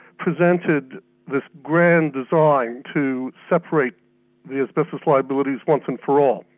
presented this grand design to separate the asbestos liabilities once and for all,